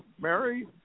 Mary